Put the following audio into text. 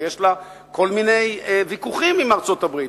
ויש לה כל מיני ויכוחים עם ארצות-הברית,